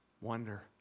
wonder